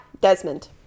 Desmond